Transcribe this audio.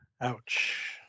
Ouch